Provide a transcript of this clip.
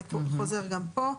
זה חוזר גם פה.